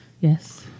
Yes